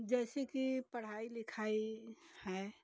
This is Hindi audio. जैसे कि पढ़ाई लिखाई है